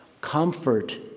comfort